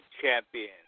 champion